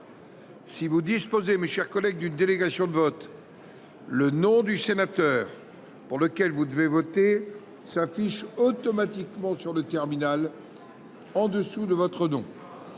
Si vous disposez d’une délégation de vote, le nom du sénateur pour lequel vous devez voter s’affiche automatiquement sur le terminal en dessous de votre nom.